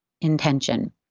intention